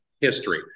history